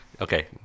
Okay